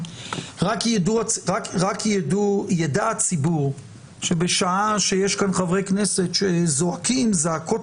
רק ידע הציבור שבשעה שיש כאן חברי כנסת שזועקים זעקות